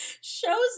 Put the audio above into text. Shows